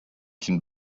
can